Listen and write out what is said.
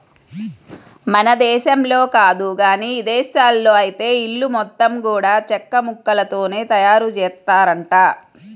మన దేశంలో కాదు గానీ ఇదేశాల్లో ఐతే ఇల్లు మొత్తం గూడా చెక్కముక్కలతోనే తయారుజేత్తారంట